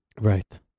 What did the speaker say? Right